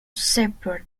shreveport